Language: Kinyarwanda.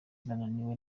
ndananiwe